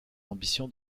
ambition